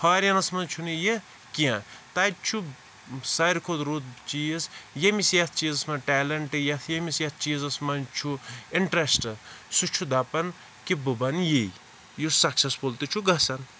فاریٖنَس منٛز چھُنہِ یہٕ کینٛہہ تَتہِ چھُ ساروٕے کھۄتہٕ رُت چیٖز یٔمِس یَتھ منٛز چیٖزَس منٛز ٹیلنٛٹ یا یٔمِس یَتھ چیٖزَس منٛز چھُ اِنٹرسٹہٕ سُہ چھُ دَپان کہ بہٕ بَنہٕ یِی یُس سَکسیٚسفُل تہِ چھُ گَژھان